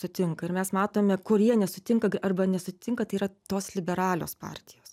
sutinka ir mes matome kur jie nesutinka arba nesutinka tai yra tos liberalios partijos